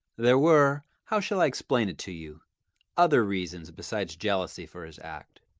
there were how shall i explain it to you other reasons besides jealousy for his act.